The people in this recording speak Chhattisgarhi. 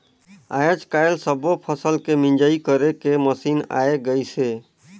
आयज कायल सब्बो फसल के मिंजई करे के मसीन आये गइसे